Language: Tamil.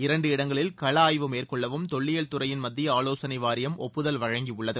இரண்டு இடங்களில் கள ஆய்வு மேற்கொள்ளவும் தொல்லியல் துறையின் மத்திய ஆவோசனை வாரியம் ஒப்புதல் வழங்கியுள்ளது